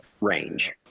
range